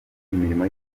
imirimo